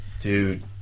Dude